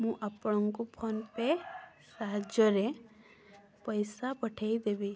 ମୁଁ ଆପଣଙ୍କୁ ଫୋନ୍ପେ' ସାହାଯ୍ୟରେ ପଇସା ପଠେଇଦେବି